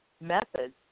methods